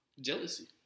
Jealousy